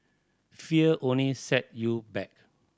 fear only set you back